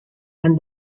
and